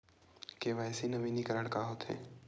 KYC नवीनीकरण का होथे?